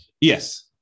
Yes